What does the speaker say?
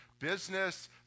business